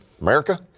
America